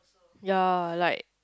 ya like